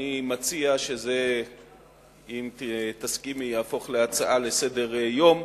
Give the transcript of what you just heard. שאני מציע, אם תסכימי, שזה יהפוך להצעה לסדר-יום.